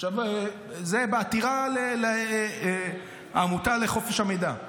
עכשיו זה בעתירה של העמותה לחופש המידע.